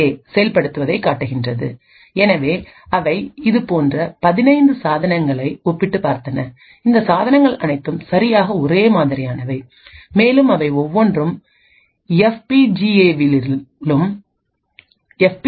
ஏ செயல்படுத்துவதைக் காட்டுகிறது எனவே அவை இதுபோன்ற 15 சாதனங்களை ஒப்பிட்டுப் பார்த்தன இந்த சாதனங்கள் அனைத்தும் சரியாக ஒரே மாதிரியானவை மேலும் அவை ஒவ்வொரு எஃப்